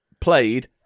played